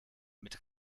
mit